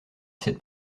cette